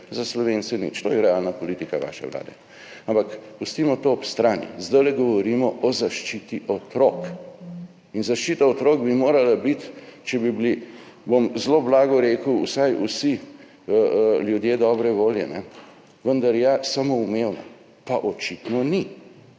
za Slovence nič, to je realna politika vaše vlade, ampak pustimo to ob strani. Zdaj govorimo o zaščiti otrok in zaščita otrok bi vendar morala biti, če bi bili, bom zelo blago rekel, vsaj vsi ljudje dobre volje, samoumevna, pa očitno ni,